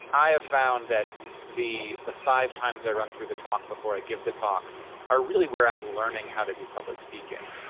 i have found that the the five times i run through the talk before i give the talk are really where i'm learning how to do public speaking.